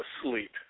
asleep